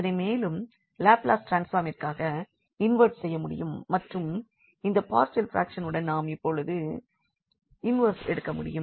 அதனை மேலும் லாப்லஸ் ட்ரான்ஸ்பார்மிற்காக இன்வர்ட் செய்யமுடியும் மற்றும் இந்த பார்ஷியல் ப்ராக்ஷ்ன் உடன் நாம் இப்பொழுது இன்வெர்ஸ் எடுக்கமுடியும்